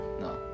No